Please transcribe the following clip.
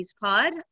pod